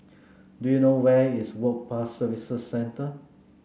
do you know where is Work Pass Services Centre